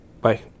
Bye